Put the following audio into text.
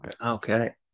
okay